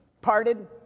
parted